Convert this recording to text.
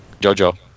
Jojo